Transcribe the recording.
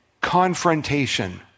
confrontation